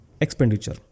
expenditure